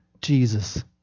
Jesus